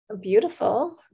Beautiful